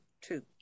two